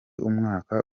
umwaka